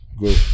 Go